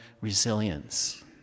resilience